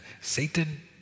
Satan